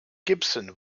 gibson